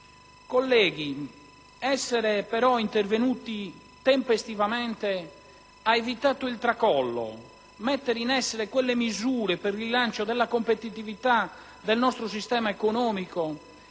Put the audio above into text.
Colleghi, essere intervenuti tempestivamente ha però evitato il tracollo. Mettere in essere quelle misure per il rilancio della competitività del nostro sistema economico,